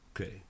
Okay